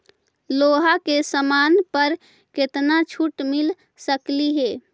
लोहा के समान पर केतना छूट मिल सकलई हे